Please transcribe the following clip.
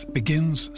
begins